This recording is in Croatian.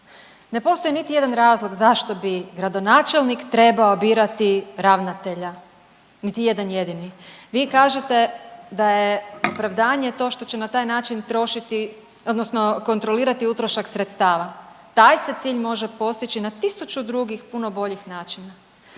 Ne postoji niti jedan razlog zašto bi gradonačelnik trebao birati ravnatelja, niti jedan jedini. Vi kažete da je opravdanje to što će na taj način trošiti odnosno kontrolirati utrošak sredstava, taj se cilj može postići na tisuću drugih puno boljih načina.